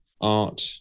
Art